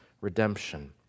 redemption